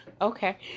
Okay